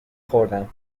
خوردم